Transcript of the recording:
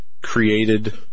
created